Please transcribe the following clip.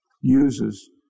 uses